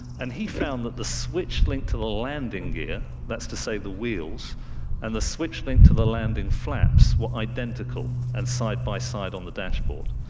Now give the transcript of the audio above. and he found that the switch linked to the landing gear that's to say the wheels and the switch linked to the landing flaps were identical and side by side on the dashboard.